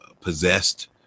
possessed